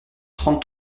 trente